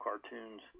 cartoons